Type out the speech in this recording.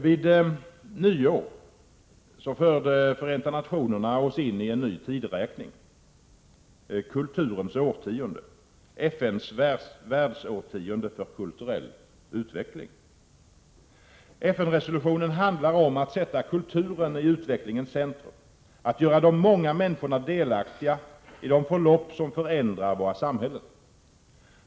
Vid nyår förde Förenta nationerna oss in i en ny tideräkning: Kulturens årtionde, FN:s Världsårtionde för kulturell utveckling. FN-resolutionen handlar om att sätta kulturen i utvecklingens centrum, att göra de många människorna delaktiga i de förlopp som förändrar våra samhällen.